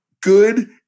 good